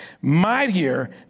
mightier